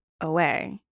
away